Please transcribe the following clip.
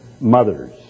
mothers